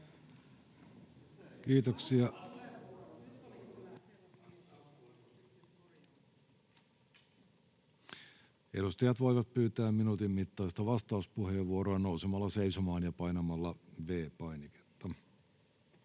Kiitoksia. — Edustajat voivat pyytää minuutin mittaista vastauspuheenvuoroa nousemalla seisomaan ja painamalla V-painiketta.